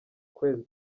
kwezi